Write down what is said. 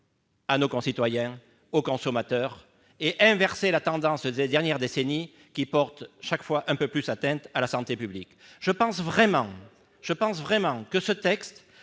à nos concitoyens, aux consommateurs et inverser la tendance des dernières décennies qui porte toujours plus atteinte à la santé publique. Je pense vraiment que ce texte